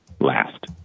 last